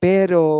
Pero